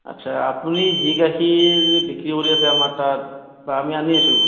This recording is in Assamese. আচ্ছা আপুনি যি গাখীৰ বিক্ৰী কৰি আছে আমাৰ তাত বা আমি আনি আছোঁ